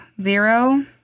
zero